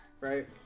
right